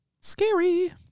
scary